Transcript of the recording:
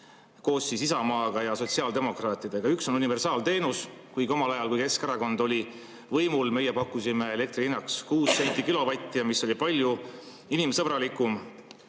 koos Isamaa ja sotsiaaldemokraatidega. Üks on universaalteenus. Kuigi omal ajal, kui Keskerakond oli võimul, meie pakkusime elektri hinnaks 6 senti kilovatt, mis oli palju inimsõbralikum.